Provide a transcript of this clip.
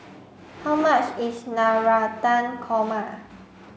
how much is Navratan Korma